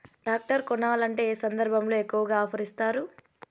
Tractor కొనాలంటే ఏ సందర్భంలో ఎక్కువగా ఆఫర్ ఇస్తారు?